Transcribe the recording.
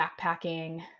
backpacking